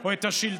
או את השלטון